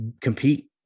compete